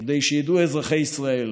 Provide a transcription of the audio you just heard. כדי שידעו אזרחי ישראל